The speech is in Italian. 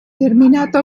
terminato